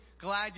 glad